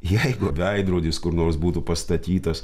jeigu veidrodis kur nors būtų pastatytas